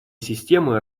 системы